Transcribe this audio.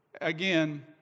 again